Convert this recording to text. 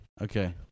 Okay